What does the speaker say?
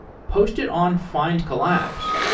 post it on findcollabs.